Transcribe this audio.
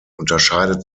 unterscheidet